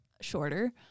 shorter